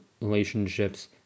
relationships